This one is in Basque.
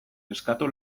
eskatu